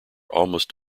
almost